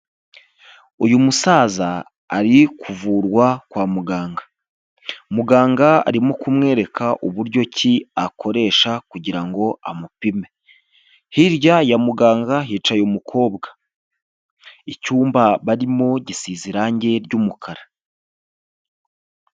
Uyu musaza ari kuvurwa kwa muganga, muganga arimo kumwereka uburyo ki akoresha kugira ngo amupime, hirya ya muganga hicaye umukobwa, icyumba barimo gisize irange ry'umukara.